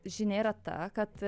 žinia yra ta kad